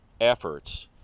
efforts